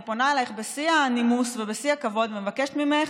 ופונה אלייך בשיא הנימוס ובשיא הכבוד ומבקשת ממך: